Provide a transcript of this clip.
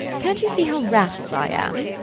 can't you see how rattled i am?